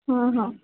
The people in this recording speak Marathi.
हं हं